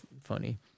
funny